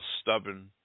stubborn